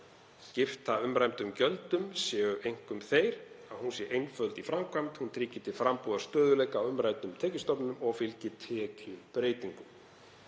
skipta umræddum gjöldum séu einkum þeir að hún sé einföld í framkvæmd, hún tryggi til frambúðar stöðugleika á umræddum tekjustofnum og fylgi tekjubreytingum.